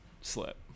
slip